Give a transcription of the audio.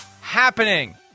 happening